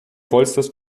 vollstes